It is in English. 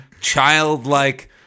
childlike